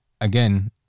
again